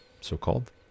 so-called